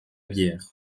bière